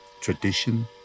Tradition